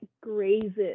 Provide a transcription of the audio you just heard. grazes